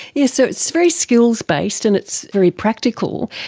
yes, so it's very skills based and it's very practical,